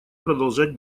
продолжать